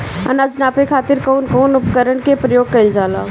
अनाज नापे खातीर कउन कउन उपकरण के प्रयोग कइल जाला?